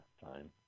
fine